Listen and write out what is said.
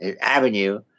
Avenue